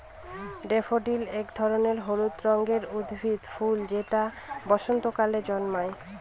daffodil এক ধরনের হলুদ রঙের উদ্ভিদের ফুল যেটা বসন্তকালে জন্মায়